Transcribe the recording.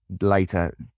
later